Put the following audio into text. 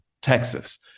Texas